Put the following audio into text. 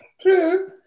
True